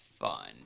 fun